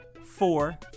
four